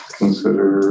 consider